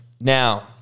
Now